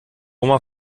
oma